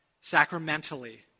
sacramentally